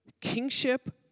kingship